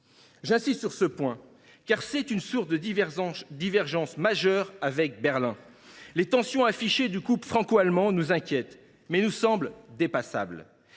J’insiste sur ce point, car c’est une source de divergences majeures avec Berlin. Les tensions affichées par le couple franco allemand nous inquiètent, mais elles nous semblent pouvoir